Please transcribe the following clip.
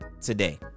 today